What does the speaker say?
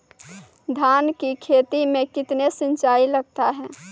धान की खेती मे कितने सिंचाई लगता है?